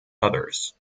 others